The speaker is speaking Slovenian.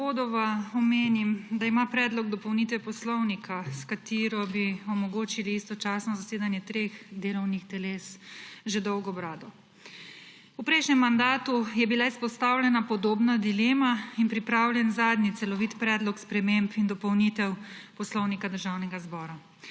omenim, da ima predlog dopolnitve Poslovnika, s katero bi omogočili istočasno zasedanje treh delovnih teles, že dolgo brado. V prejšnjem mandatu je bila izpostavljena podobna dileme in pripravljen zadnji celovit predlog sprememb in dopolnitev Poslovnika Državnega zbora.